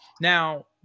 now